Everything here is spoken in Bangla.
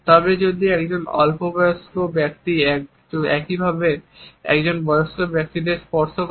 তবে যদি একজন অল্প বয়স্ক ব্যক্তি একইভাবে একজন বয়স্ক ব্যক্তিকে স্পর্শ করে